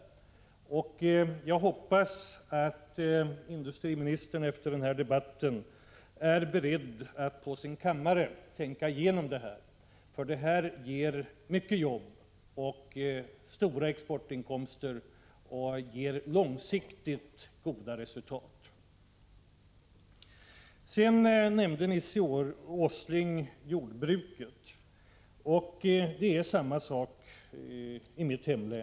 Men jag hoppas att industriministern efter denna debatt är beredd att på sin kammare tänka igenom detta, för det här ger många jobb och stora exportinkomster. Långsiktigt blir också resultaten goda. Nils G. Åsling nämnde jordbruket. Förhållandena är desamma i mitt hemlän.